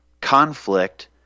conflict